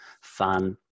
fun